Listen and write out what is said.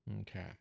Okay